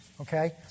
okay